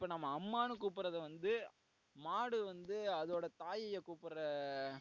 இப்போ நம்ம அம்மான்னு கூப்பிட்றத வந்து மாடு வந்து அதோட தாயை கூப்பிட்ற